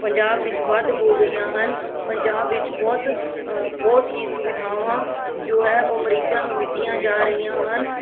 ਪੰਜਾਬ ਵਿੱਚ ਵੱਧ ਹੋ ਗਈਆਂ ਹਨ ਪੰਜਾਬ ਵਿੱਚ ਬਹੁਤ ਬਹੁਤ ਹੀ ਸੁਵਿਧਾਵਾਂ ਜੋ ਹੈ ਉਹ ਮਰੀਜ਼ਾਂ ਨੂੰ ਦਿੱਤੀਆਂ ਜਾ ਰਹੀਆਂ ਹਨ